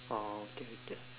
oh okay okay